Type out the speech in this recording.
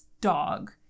dog